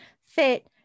fit